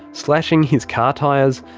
slashing his car tyres,